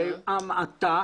וזה בהמעטה